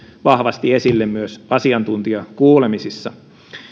vahvasti esille myös asiantuntijakuulemisissa